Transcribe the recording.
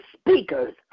speakers